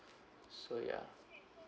so yeah